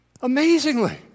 Amazingly